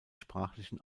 sprachlichen